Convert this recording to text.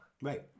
right